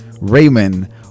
Raymond